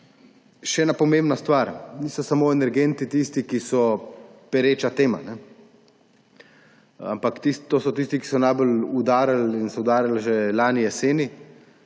Še ena pomembna stvar. Niso samo energenti tisti, ki so pereča tema, ampak so tisti, ki so najbolj udarili in so udarili že lani jeseni